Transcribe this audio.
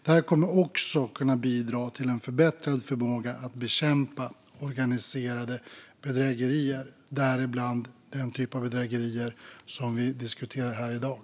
Detta kommer också att kunna bidra till en förbättrad förmåga att bekämpa organiserade bedrägerier, däribland den typ av bedrägerier som vi diskuterar här i dag.